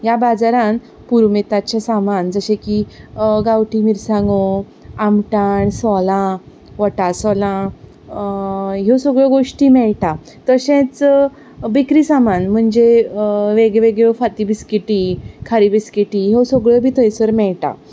ह्या बाजारांत पुरुमेंताचें सामान जशें की गांवठी मिरसांगो आमटाण सोलां वटासोलां ह्यो सगळ्यो गोश्टी मेळटा तशेंच बेकरी सामान म्हणचे वेग वेगळ्यो फांती बिस्किटी खारी बिस्किटी ह्यो सगळ्यो बी थंयसर मेळटा